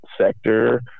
sector